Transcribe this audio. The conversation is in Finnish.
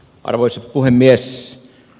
arvoisa puhemies